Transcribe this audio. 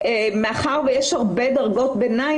מאחר ויש הרבה דרגות ביניים,